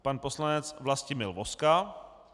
Pan poslanec Vlastimil Vozka.